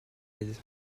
aide